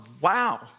wow